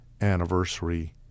anniversary